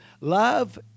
Love